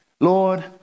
Lord